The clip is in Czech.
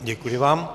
Děkuji vám.